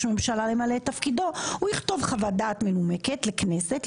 הממשלה למלא את תפקידו הוא יכתוב חוות דעת מנומקת לכנסת,